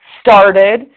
started